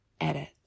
edit